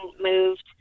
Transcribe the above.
moved